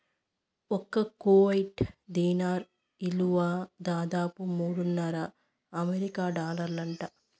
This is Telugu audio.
ఒక్క కువైట్ దీనార్ ఇలువ దాదాపు మూడున్నర అమెరికన్ డాలర్లంట